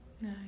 No